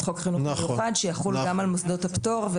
את חוק החינוך המיוחד שיחול גם על מוסדות הפטור.